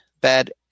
bad